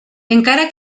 encara